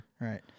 Right